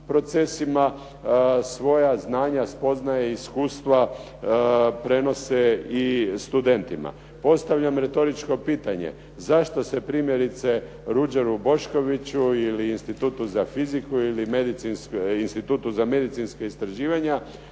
procesima svoja znanja, spoznaje i iskustva prenose i studentima. Postavljam retoričko pitanje zašto se primjerice “Ruđeru Boškoviću“ ili Institutu za fiziku ili Institutu za medicinska istraživanja